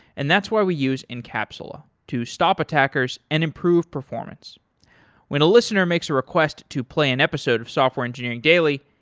and that's why we use incapsula, incapsula, to stop attackers and improve performance when a listener makes a request to play an episode of software engineering daily,